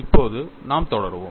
இப்போது நாம் தொடருவோம்